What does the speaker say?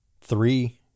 three